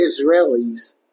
Israelis